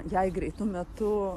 jai greitu metu